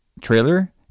trailer